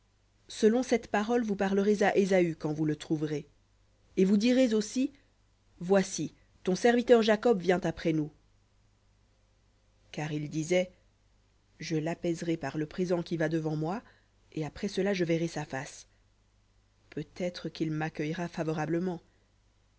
selon cette parole vous parlerez à ésaü quand vous le trouverez et vous direz aussi voici ton serviteur jacob après nous car il disait je l'apaiserai par le présent qui va devant moi et après cela je verrai sa face peut-être qu'il m'accueillera favorablement